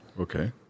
Okay